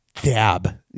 dab